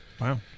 Wow